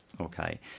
Okay